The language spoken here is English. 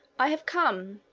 i have come,